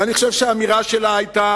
ואני חושב שהאמירה שלה היתה